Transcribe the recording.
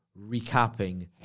recapping